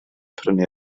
prynu